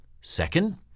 Second